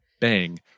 bang